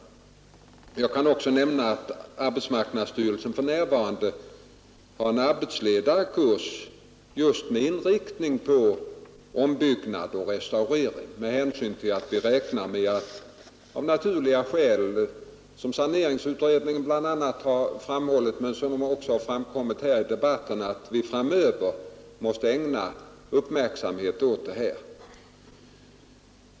Jag kan också nämna att arbetsmarknadsstyrelsen för närvarande har en arbetsledarkurs just med inriktning på ombyggnad och restaurering med hänsyn till att vi av naturliga skäl — som saneringsutredningen har framhållit men som också framkommit i debatten här — framdeles måste ägna uppmärksamhet åt denna fråga.